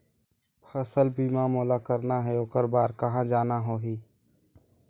फसल बीमा मोला करना हे ओकर बार कहा जाना होही?